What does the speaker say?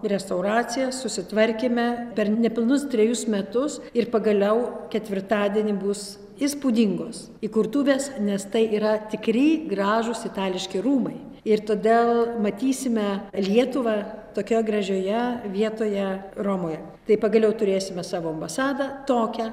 restauracija susitvarkėme per nepilnus trejus metus ir pagaliau ketvirtadienį bus įspūdingos įkurtuvės nes tai yra tikri gražūs itališki rūmai ir todėl matysime lietuvą tokioje gražioje vietoje romoje tai pagaliau turėsime savo ambasadą tokią